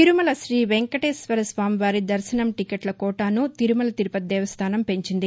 తిరుమల శ్రీవేంకటేశ్వర వారి దర్భనం టికెట్ల కోటాను తిరుమల తిరుపతి దేవస్థానం పెంచింది